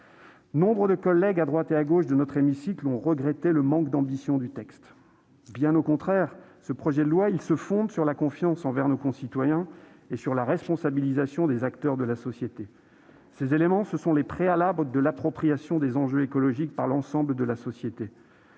Nombre de collègues, à droite et à gauche de notre hémicycle, ont regretté le manque d'ambition du texte. Bien au contraire, ce projet de loi se fonde sur la confiance envers nos concitoyens et sur la responsabilisation des acteurs de la société. Ces éléments sont les préalables de l'appropriation des enjeux écologiques par l'ensemble de la société.